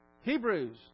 Hebrews